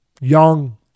young